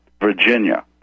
Virginia